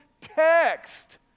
text